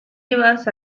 llevadas